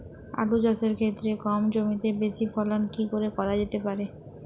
আলু চাষের ক্ষেত্রে কম জমিতে বেশি ফলন কি করে করা যেতে পারে?